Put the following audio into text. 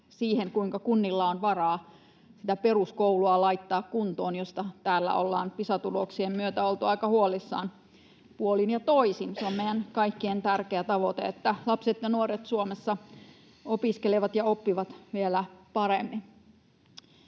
siihen, kuinka kunnilla on varaa sitä peruskoulua laittaa kuntoon, josta täällä ollaan Pisa-tuloksien myötä oltu aika huolissaan puolin ja toisin. Se on meidän kaikkien tärkeä tavoite, että lapset ja nuoret Suomessa opiskelevat ja oppivat vielä paremmin.